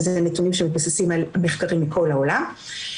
ואלה נתונים שמתבססים על מחקרים מכל העולם,